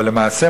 אבל למעשה,